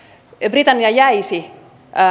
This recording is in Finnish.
britannia jäisi